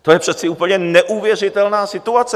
To je přece úplně neuvěřitelná situace.